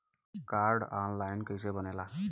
Card online कइसे बनेला?